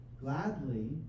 gladly